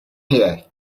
here